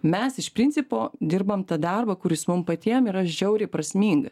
mes iš principo dirbam tą darbą kuris mum patiem yra žiauriai prasminga